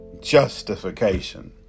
justification